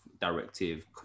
directive